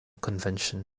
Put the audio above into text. convention